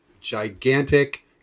gigantic